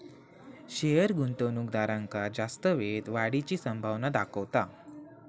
share गुंतवणूकदारांका जास्त वेळेत वाढीची संभावना दाखवता